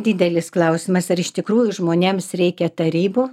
didelis klausimas ar iš tikrųjų žmonėms reikia tarybų